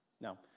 No